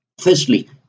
Firstly